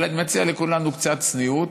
אבל אני מציע לכולנו קצת צניעות,